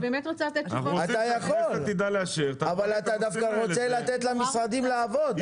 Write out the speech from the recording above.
אתה דווקא רוצה לתת למשרדים לעבוד.